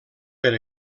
per